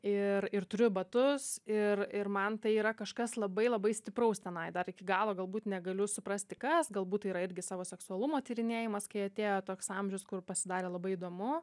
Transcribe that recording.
ir ir turiu batus ir ir man tai yra kažkas labai labai stipraus tenai dar iki galo galbūt negaliu suprasti kas galbūt tai yra irgi savo seksualumo tyrinėjimas kai atėjo toks amžius kur pasidarė labai įdomu